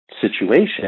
situation